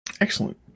Excellent